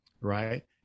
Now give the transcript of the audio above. Right